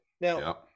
Now